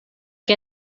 que